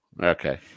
okay